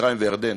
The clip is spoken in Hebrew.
מצרים וירדן,